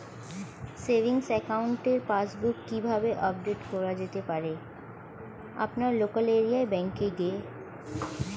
Savings একাউন্টের passbook কি কিভাবে আপডেট করা যেতে পারে?